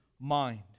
mind